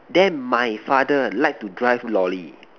then my father like to drive lorry